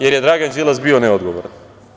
Jer je Dragan Đilas bio neodgovoran.